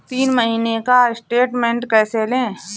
तीन महीने का स्टेटमेंट कैसे लें?